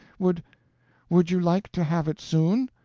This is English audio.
would would you like to have it soon?